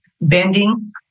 bending